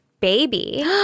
Baby